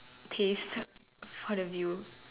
taste for the view